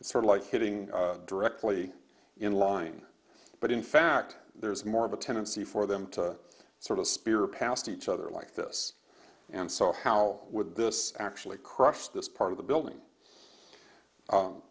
s sort of like hitting directly in line but in fact there's more of a tendency for them to sort of spirit past each other like this and so how would this actually crush this part of the building